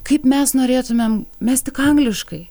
kaip mes norėtumėm mes tik angliškai